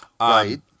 Right